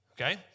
okay